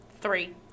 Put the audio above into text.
three